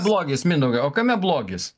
blogis mindaugai o kame blogis